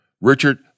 Richard